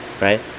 right